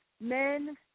men